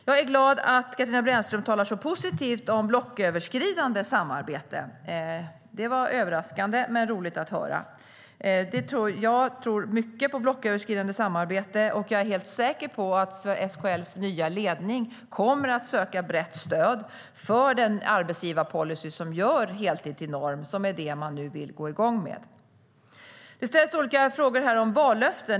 Jag är glad över att Katarina Brännström talar så positivt om blocköverskridande samarbete. Det var överraskande men roligt att höra. Jag tror mycket på blocköverskridande samarbete, och jag är helt säker på att SKL:s nya ledning kommer att söka brett stöd för en arbetsgivarpolicy som gör heltid till norm, vilket man nu vill gå igång med. Det ställs olika frågor här om vallöften.